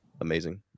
amazing